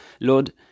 Lord